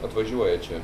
atvažiuoja čia